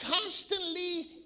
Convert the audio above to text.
Constantly